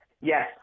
Yes